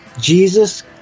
Jesus